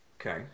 Okay